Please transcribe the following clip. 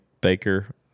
Baker